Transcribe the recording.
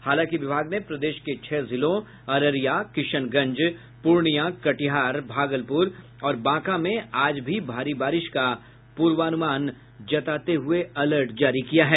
हालांकि विभाग ने प्रदेश के छह जिलों अररिया किशनगंज पूर्णिया कटिहार भागलपूर और बांका में आज भी भारी बारिश का पूर्वान्मान जताते हुए अलर्ट जारी किया है